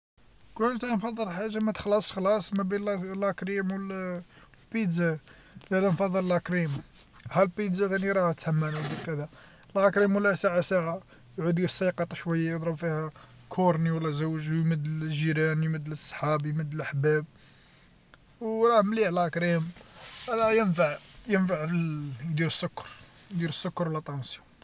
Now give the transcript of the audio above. كون جيت حا نفضل حاجه متخلاصش خلاص خلاص ما بين لاكريم والبيتزا لالا نفصل لاكريم ها البيتزا تاني راها ثما وكذا ولاكريم ولا ساعة ساعة يعود يسيقط شويه يضرب فيها كورني ولا زوج ويمد للجيران يمد للصحاب يمد للحباب وراه مليح لاكريم فاه ينفع ينفع يدير السكر يدير السكرو لاطونسيون